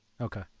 Okay